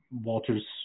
Walters